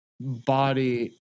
body